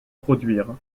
produire